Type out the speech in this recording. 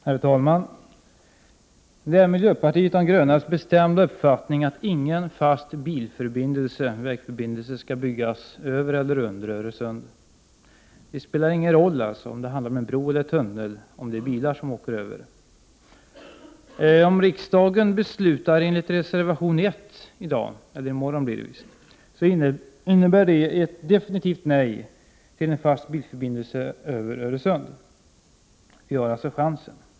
Herr talman! Det är miljöpartiet de grönas bestämda uppfattning att ingen fast bilförbindelse skall byggas över eller under Öresund. Det spelar ingen roll om det handlar om en bro eller en tunnel om det är bilar som åker över. Om riksdagen beslutar enligt reservation 1, innebär det ett definitivt nej till en fast bilförbindelse över Öresund. Vi har alltså chansen.